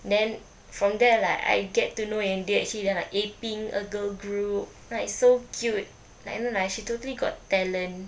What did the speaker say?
then from there like I get to know yang dia actually dalam A pink a girl group like so cute like you know like she totally got talent